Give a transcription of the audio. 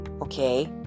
okay